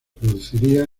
produciría